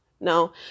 No